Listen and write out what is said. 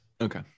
Okay